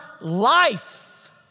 life